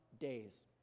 days